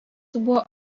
buvo